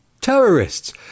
terrorists